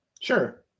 Sure